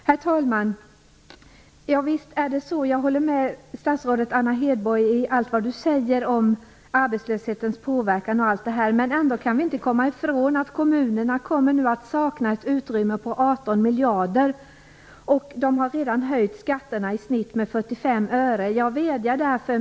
Herr talman! Visst är det så. Jag håller med statsrådet Anna Hedborg om allt hon säger om arbetslöshetens påverkan. Ändå kan vi inte komma ifrån att kommunerna nu kommer att sakna ett utrymme på 18 miljarder. De har redan höjt skatterna i snitt med 45 öre.